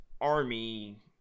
Army